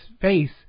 face